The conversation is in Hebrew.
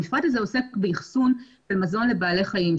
המפרט הזה עוסק באחסון מזון לבעלי חיים.